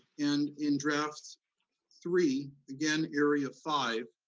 and in draft three, again, area five,